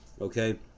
okay